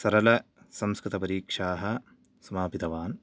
सरलसंस्कृतपरीक्षाः समापितवान्